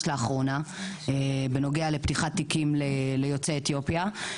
לאחרונה בנוגע לפתיחת תיקים ליוצאי אתיופיה.